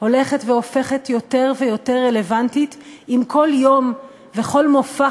הולכת והופכת יותר ויותר רלוונטית עם כל יום וכל מופע